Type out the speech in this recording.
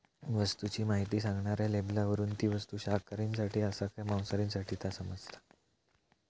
वस्तूची म्हायती सांगणाऱ्या लेबलावरून ती वस्तू शाकाहारींसाठी आसा काय मांसाहारींसाठी ता समाजता